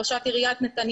ראשת העיר נתניה.